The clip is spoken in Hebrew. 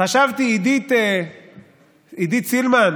חשבתי, עידית סילמן,